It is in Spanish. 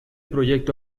proyecto